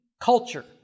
culture